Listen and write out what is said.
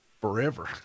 forever